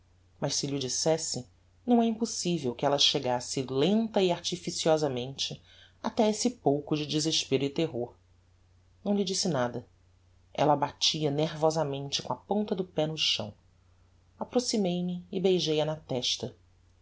mas se lh'o dissesse não é impossivel que ella chegasse lenta e artificiosamente até esse pouco de desespero e terror não lhe disse nada ella batia nervosamente com a ponta do pé no chão aproximei-me e beijei-a na testa